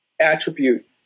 attribute